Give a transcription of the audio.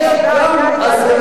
משפט אחד.